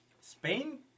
Spain